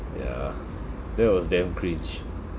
yeah that was damn cringe